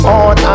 on